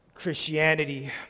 Christianity